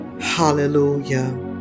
hallelujah